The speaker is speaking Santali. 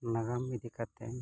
ᱱᱟᱜᱟᱢ ᱤᱫᱤ ᱠᱟᱛᱮ